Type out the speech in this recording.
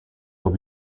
will